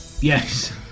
yes